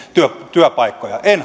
työpaikkoja en